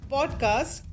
Podcast